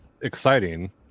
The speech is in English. exciting